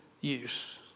use